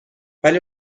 ولی